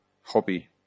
hobby